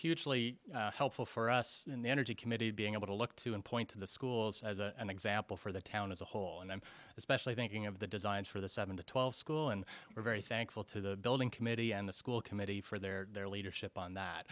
hugely helpful for us in the energy committee being able to look to and point to the schools as an example for the town as a whole and i'm especially thinking of the designs for the seven to twelve school and we're very thankful to the building committee and the school committee for their their leadership on that